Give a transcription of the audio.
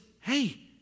hey